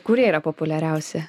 kurie yra populiariausi